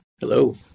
Hello